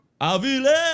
Avila